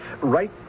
right